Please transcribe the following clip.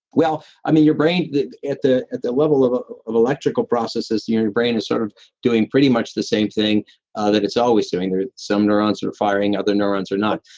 well, i mean your brain, at the at the level of ah of electrical processes, you know, your brain is sort of doing pretty much the same thing ah that it's always doing there. some neurons are firing other neurons or not.